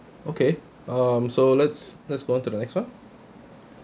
okay um so let's let's go on to the next one